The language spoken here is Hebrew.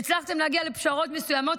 הצלחתן להגיע לפשרות מסוימות,